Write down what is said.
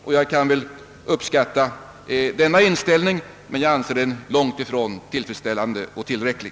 Jag kan mycket väl uppskatta denna inställning, men jag anser den vara långt ifrån tillfredsställande och tillräcklig.